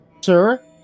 Sir